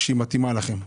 כשהיא מתאימה לכם.